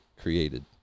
created